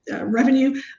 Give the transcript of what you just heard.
revenue